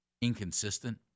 inconsistent